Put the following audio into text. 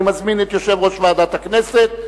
אני מזמין את יושב-ראש ועדת הכנסת,